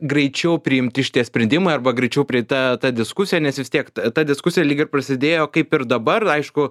greičiau priimti šitie sprendimai arba greičiau prieita ta diskusija nes vis tiek ta diskusija lyg ir prasidėjo kaip ir dabar laišku